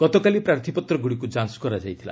ଗତକାଲି ପ୍ରାର୍ଥୀପତ୍ରଗୁଡ଼ିକୁ ଯାଞ୍ କରାଯାଇଥିଲା